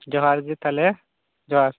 ᱡᱚᱦᱟᱨ ᱜᱮ ᱛᱟᱦᱞᱮ ᱡᱚᱦᱟᱨ